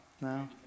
No